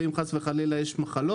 ואם חס וחלילה יש מחלות,